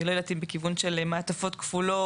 אני לא יודעת אם בכיוון של מעטפות כפולות,